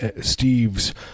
Steve's